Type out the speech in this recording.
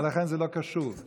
ולכן זה לא קשור.